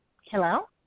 Hello